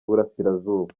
burasirazuba